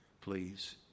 Please